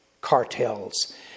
cartels